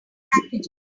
packaging